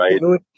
right